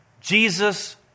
Jesus